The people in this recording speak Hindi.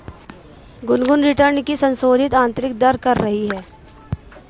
गुनगुन रिटर्न की संशोधित आंतरिक दर कर रही है